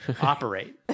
operate